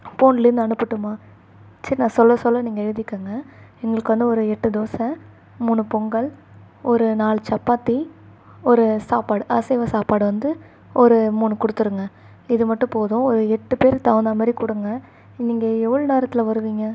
ஃபோன்லேருந்து அனுப்பட்டுமா சரி நான் சொல்ல சொல்ல நீங்கள் எழுதிக்கங்க எங்களுக்கு வந்து ஒரு எட்டு தோசை மூணு பொங்கல் ஒரு நாலு சப்பாத்தி ஒரு சாப்பாடு அசைவ சாப்பாடு வந்து ஒரு மூணு கொடுத்துருங்க இது மட்டும் போதும் ஒரு எட்டு பேருக்கு தகுந்தாமாரி கொடுங்க நீங்கள் எவ்வளோ நேரத்தில் வருவீங்கள்